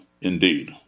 indeed